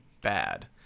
bad